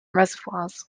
reservoirs